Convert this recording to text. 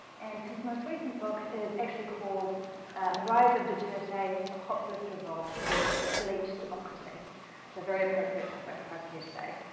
and his most recent book is actually called the rise of duterte a populist revolt against elite democracy. so a very appropriate topic for us here today.